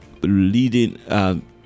leading